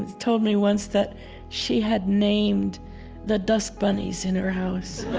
and told me once that she had named the dust bunnies in her house